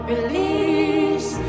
Release